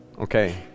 Okay